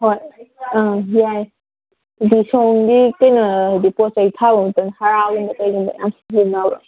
ꯍꯣꯏ ꯑꯪ ꯌꯥꯏ ꯑꯗꯣ ꯁꯣꯝꯒꯤ ꯀꯩꯅꯣ ꯍꯥꯏꯗꯤ ꯄꯣꯠꯆꯩ ꯊꯥꯕ ꯃꯇꯝꯗ ꯍꯥꯔꯥꯒꯨꯝꯕ ꯀꯩꯒꯨꯝꯕ ꯌꯥꯝ ꯁꯤꯖꯤꯟꯅꯕ꯭ꯔꯣ